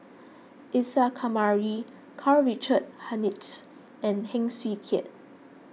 Isa Kamari Karl Richard Hanitsch and Heng Swee Keat